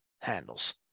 handles